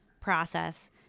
process